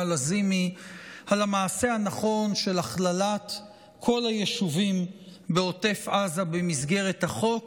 לזימי על המעשה הנכון של הכללת כל היישובים בעוטף עזה במסגרת החוק.